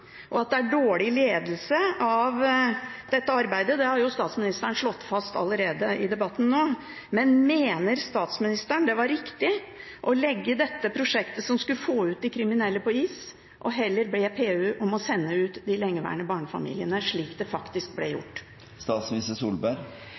og at det er dårlig ledelse av dette arbeidet, har statsministeren slått fast allerede i debatten nå. Men mener statsministeren det var riktig å legge dette prosjektet som skulle få ut de kriminelle, på is, og heller be PU om å sende ut de lengeværende barnefamiliene, slik det faktisk ble gjort?